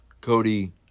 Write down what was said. Cody